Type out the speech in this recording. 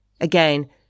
Again